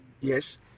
Yes